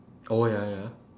oh ya ya ya